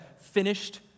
finished